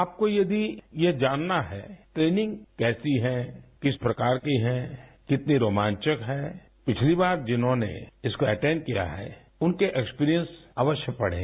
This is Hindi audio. आपको यदि यह जानना है ट्रेनिंग कैसी है किस प्रकार की है कितनी रोमांचक है पिछली बार जिन्होंने इसको अटेन्ड किया है उनके एक्सपीरियंस अवश्य पढ़ें